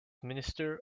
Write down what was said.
minister